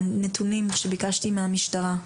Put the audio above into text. נתונים שביקשתי מהמשטרה,